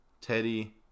Teddy